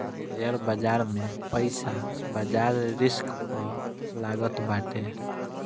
share बाजार में पईसा बाजार रिस्क पअ लागत बाटे